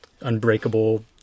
unbreakable